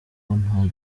nta